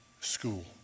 school